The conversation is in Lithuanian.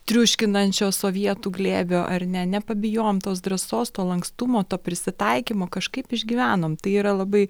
triuškinančio sovietų glėbio ar ne nepabijojom tos drąsos to lankstumo to prisitaikymo kažkaip išgyvenom tai yra labai